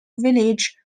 village